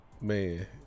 Man